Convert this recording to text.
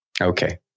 Okay